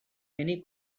many